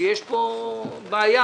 שיש בו בעיה.